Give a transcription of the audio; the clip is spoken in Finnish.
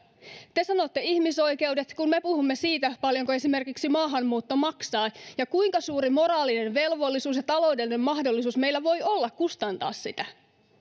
te sanotte ihmisoikeudet kun me puhumme siitä paljonko esimerkiksi maahanmuutto maksaa ja kuinka suuri moraalinen velvollisuus ja taloudellinen mahdollisuus meillä voi olla kustantaa sitä